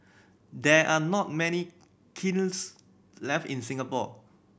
there are not many kilns left in Singapore